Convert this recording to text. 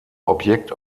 objekt